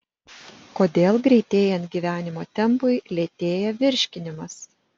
kodėl greitėjant gyvenimo tempui lėtėja virškinimas